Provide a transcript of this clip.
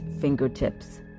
fingertips